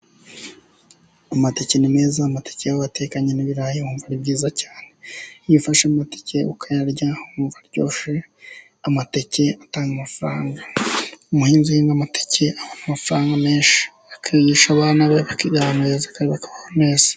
Amateke ni meza, amateke iyo wayatekanye n'ibirayi wumva ari byiza cyane iyo ufashe amateke ukayarya wumva aryoshye, amateke atanga amafaranga, umuhinzi uhinga amateke abona amafaranga menshi, akigisha abana be bakiga ahantu heza kandi bakabaho neza.